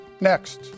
Next